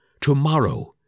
Tomorrow